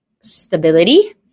Stability